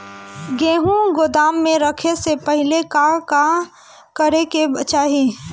गेहु गोदाम मे रखे से पहिले का का करे के चाही?